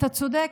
אתה צודק,